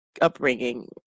upbringing